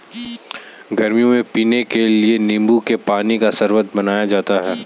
गर्मियों में पीने के लिए नींबू के पानी का शरबत बनाया जाता है